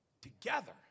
Together